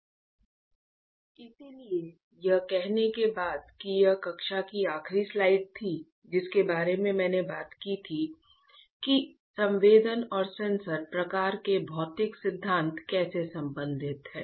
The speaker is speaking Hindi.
इसलिए यह कहने के बाद कि यह कक्षा की आखिरी स्लाइड थी जिसके बारे में मैंने बात की थी कि संवेदन और सेंसर प्रकार के भौतिक सिद्धांत कैसे संबंधित है